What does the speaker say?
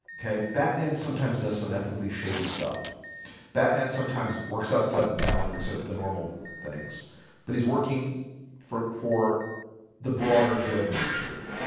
okay, batman sometimes does some ethically shady stuff batman sometimes works outside the boundaries of the normal things but he's working for for the broader good and security.